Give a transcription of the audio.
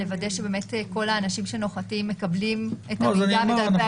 לוודא שבאמת כל האנשים שנוחתים מקבלים את המידע ואת דפי המידע.